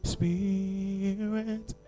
Spirit